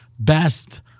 Best